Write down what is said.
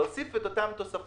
יהיה צורך להוסיף את אותן תוספות